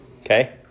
Okay